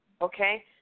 Okay